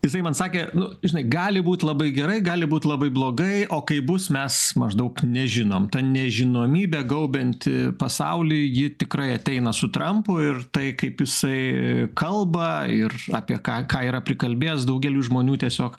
jisai man sakė nu žinai gali būt labai gerai gali būt labai blogai o kaip bus mes maždaug nežinom ta nežinomybė gaubianti pasaulį ji tikrai ateina su trampu ir tai kaip jisai kalba ir apie ką ką yra prikalbėjęs daugeliui žmonių tiesiog